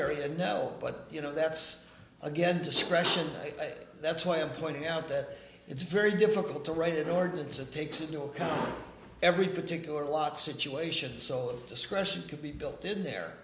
area now but you know that's again discretion that's why i'm pointing out that it's very difficult to write it ordinance that takes into account every particular lot situation so of discretion could be built in there